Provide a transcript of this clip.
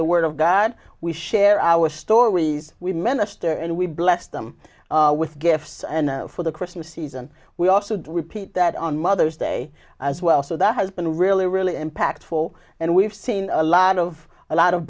the word of god we share our stories we minister and we bless them with gifts and for the christmas season we also do repeat that on mother's day as well so that has been really really impactful and we've seen a lot of a lot of